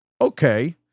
okay